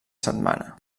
setmana